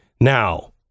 now